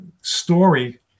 story